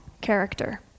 character